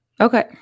Okay